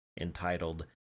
entitled